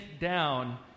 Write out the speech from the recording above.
down